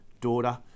daughter